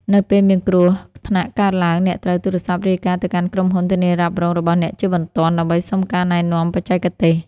នៅពេលមានគ្រោះថ្នាក់កើតឡើង អ្នកត្រូវ ទូរស័ព្ទរាយការណ៍ ទៅកាន់ក្រុមហ៊ុនធានារ៉ាប់រងរបស់អ្នកជាបន្ទាន់ ដើម្បីសុំការណែនាំបច្ចេកទេស។